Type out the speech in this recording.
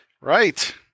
Right